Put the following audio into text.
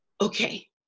Okay